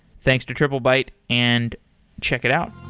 thanks to triplebyte, and check it out.